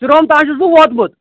شُرہوم تام چھُس بہٕ ووتمُت